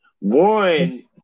One